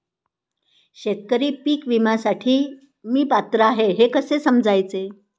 शेतकरी पीक विम्यासाठी मी पात्र आहे हे कसे समजायचे?